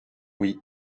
oui